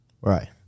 Right